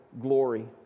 glory